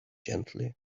gentle